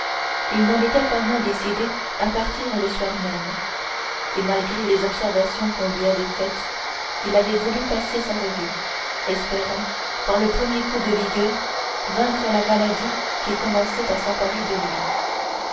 il n'en était pas moins décidé à partir le soir même et malgré les observations qu'on lui avait faites il avait voulu passer sa revue espérant par le premier coup de vigueur vaincre la maladie qui commençait à s'emparer de lui